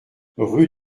rue